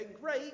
great